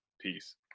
Peace